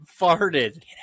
farted